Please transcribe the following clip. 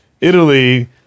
Italy